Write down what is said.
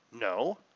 No